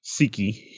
Siki